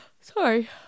Sorry